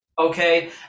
Okay